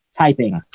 typing